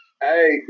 Hey